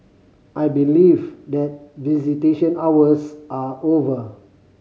I believe that visitation hours are over